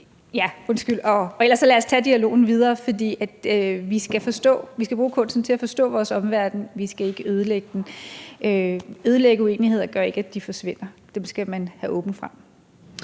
på. Og lad os ellers fortsætte dialogen, for vi skal bruge kunsten til at forstå vores omverden, vi skal ikke ødelægge den. At ødelægge uenigheder gør ikke, at de forsvinder, dem skal man have åbent frem.